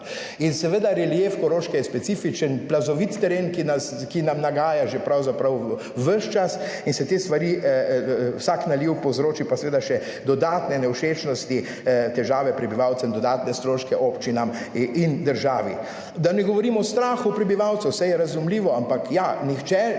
In seveda relief Koroške je specifičen, plazovit teren, ki nam nagaja že pravzaprav ves čas in se te stvari, vsak naliv povzroči pa seveda še dodatne nevšečnosti, težave prebivalcem, dodatne stroške občinam in državi, da ne govorim o strahu prebivalcev, saj je razumljivo, ampak ja, nihče v tem